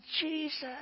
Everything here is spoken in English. Jesus